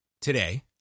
today